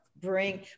bring